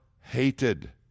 hated